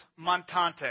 Montante